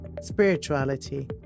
spirituality